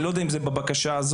אני לא יודע אם זה בבקשה הזאת,